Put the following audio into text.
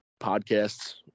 podcasts